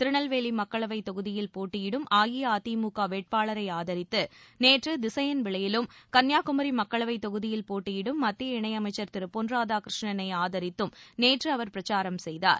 திருநெல்வேலி மக்களவைத் தொகுதியில் போட்டியிடும் அஇஅதிமுக வேட்பாளரை ஆதரித்து நேற்று திசையின்விளையிலும் கன்னியாகுமரி மக்களவைத் தொகுதியில் போட்டியிடும் மத்திய இணையமைச்சர் திரு பொன் ராதாகிருஷ்ணனை ஆதரித்தும் நேற்று அவர் பிரச்சாரம் செய்தார்